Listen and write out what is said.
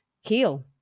heal